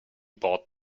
bought